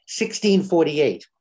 1648